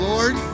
Lord